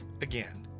Again